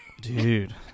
Dude